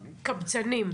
קבצנים.